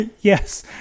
Yes